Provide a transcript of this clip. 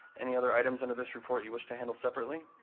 any other items under this report you wish to handle separately?